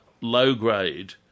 low-grade